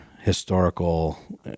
historical